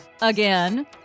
Again